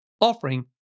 offering